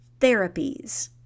therapies